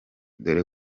dore